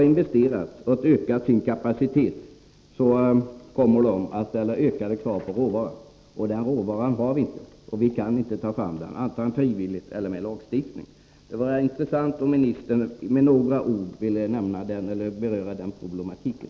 Med ökad kapacitet kommer man nämligen att ställa ökade krav på råvaran, och sådan råvara har vi inte, och vi kan inte heller ta fram den, vare sig på frivillighetens väg eller genom lagstiftning. Det vore intressant om ministern med några ord ville beröra den problematiken.